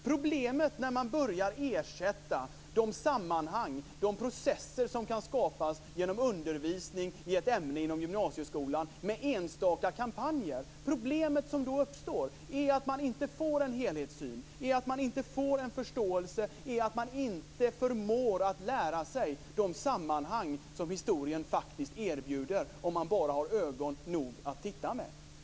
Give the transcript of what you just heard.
Problemet som uppstår när man börjar ersätta de sammanhang och de processer som kan skapas genom undervisning i ett ämne i gymnasieskolan med enstaka kampanjer är att man inte får en helhetssyn och en förståelse. Man förmår inte att lära sig de sammanhang som historien faktiskt erbjuder om man bara har ögon nog att se med.